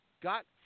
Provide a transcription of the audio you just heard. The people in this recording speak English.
got